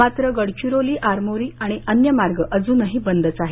मात्र गडचिरोली आरमोरी आणि अन्य मार्ग अजूनही बंदच आहेत